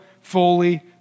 fully